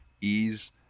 Ease